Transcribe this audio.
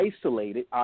isolated